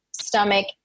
stomach